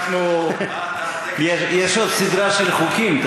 יש עוד סדרה של חוקים.